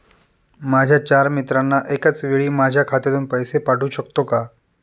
माझ्या चार मित्रांना एकाचवेळी माझ्या खात्यातून पैसे पाठवू शकतो का?